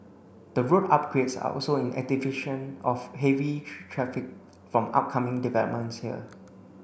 the road upgrades are also in of heavy traffic from upcoming developments here